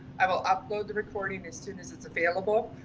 i will upload the recording as soon as it's available.